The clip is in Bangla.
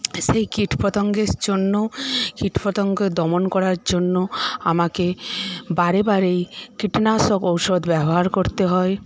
সেই কীটপতঙ্গের জন্য কীটপতঙ্গ দমন করার জন্য আমাকে বারে বারেই কীটনাশক ঔষধ ব্যবহার করতে হয়